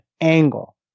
angle